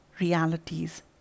realities